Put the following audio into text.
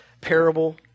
parable